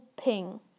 Ping